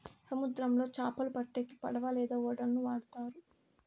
సముద్రంలో చాపలు పట్టేకి పడవ లేదా ఓడలను వాడుతారు